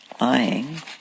lying